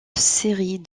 série